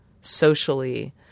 socially